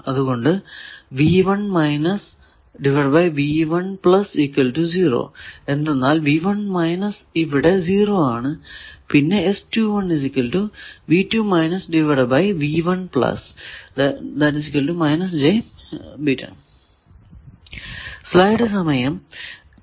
അതുകൊണ്ടു എന്തെന്നാൽ ഇവിടെ 0 ആണ്